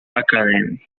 academy